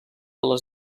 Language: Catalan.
les